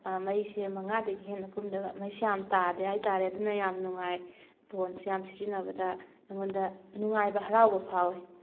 ꯃꯩꯁꯦ ꯃꯉꯥꯗꯒꯤ ꯍꯦꯟꯅ ꯀꯨꯝꯗꯕ ꯃꯩꯁꯦ ꯌꯥꯝ ꯇꯥꯗꯦ ꯍꯥꯏꯇꯔꯦ ꯑꯗꯨꯅ ꯌꯥꯝ ꯅꯨꯡꯉꯥꯏ ꯐꯣꯟꯁꯤ ꯌꯥꯝ ꯁꯤꯖꯤꯟꯅꯕꯗ ꯑꯩꯉꯣꯟꯗ ꯅꯨꯡꯉꯥꯏꯕ ꯍꯔꯥꯎꯕ ꯐꯥꯎꯋꯦ